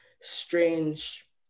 strange